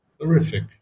horrific